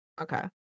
Okay